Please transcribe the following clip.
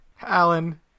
Alan